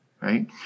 right